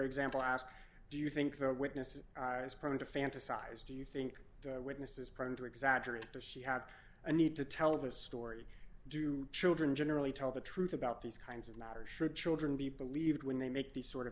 example ask do you think that witnesses is prone to fantasize do you think witness is prone to exaggerate or she had a need to tell this story do children generally tell the truth about these kinds of matters should children be believed when they make these sort of